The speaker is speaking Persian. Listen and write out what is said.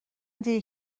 دیر